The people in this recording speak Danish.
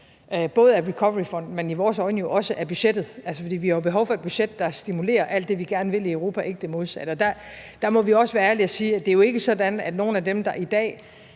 både af recoveryfonden, men i vores øjne også af budgettet, fordi vi jo har behov for et budget, der stimulerer alt det, vi gerne vil i Europa, og ikke det modsatte. Der må vi også være ærlige og sige, at det jo ikke er sådan, at nogle af dem, der i dag